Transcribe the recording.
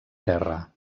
terra